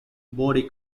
body